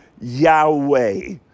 Yahweh